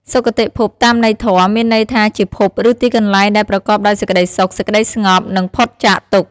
សុគតិភព តាមន័យធម៌ មានន័យថាជាភព ឬទីកន្លែងដែលប្រកបដោយសេចក្តីសុខ សេចក្តីស្ងប់ និងផុតចាកទុក្ខ។